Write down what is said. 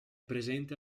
presente